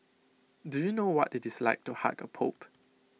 do you know what IT is like to hug A pope